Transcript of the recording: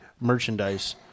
merchandise